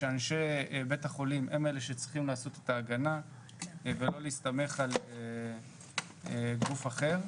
שאנשי בית החולים הם אלה שצריכים לעשות את ההגנה ולא להסתמך על גוף אחר.